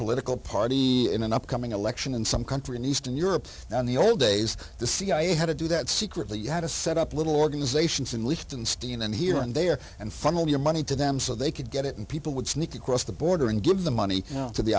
political party in an upcoming election in some country in eastern europe in the old days the cia had to do that secretly you had to set up little organizations in list and stealing them here and there and funneled your money to them so they could get it and people would sneak across the border and give the money to the